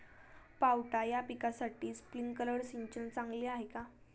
पावटा या पिकासाठी स्प्रिंकलर सिंचन चांगले आहे का?